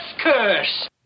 curse